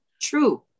true